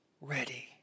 ready